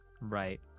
Right